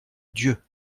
dieu